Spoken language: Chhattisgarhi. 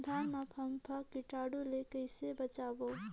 धान मां फम्फा कीटाणु ले कइसे बचाबो?